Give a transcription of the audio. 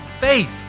faith